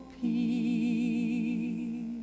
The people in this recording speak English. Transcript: peace